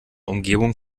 umgebung